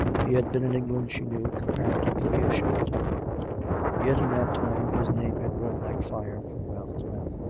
he had been in england, she knew, comparatively a short time yet in that time, his name had run like fire from mouth to mouth.